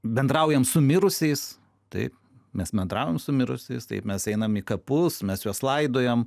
bendraujame su mirusiais taip mes bendraujam su mirusiais tai mes einam į kapus mes juos laidojam